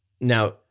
now